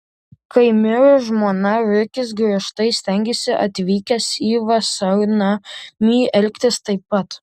kai mirė žmona rikis griežtai stengėsi atvykęs į vasarnamį elgtis taip pat